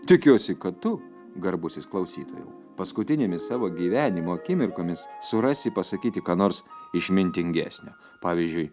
tikiuosi kad tu garbusis klausytojau paskutinėmis savo gyvenimo akimirkomis surasi pasakyti ką nors išmintingesnio pavyzdžiui